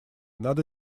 надо